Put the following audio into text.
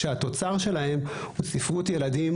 שהתוצר שלהם הוא ספרות ילדים,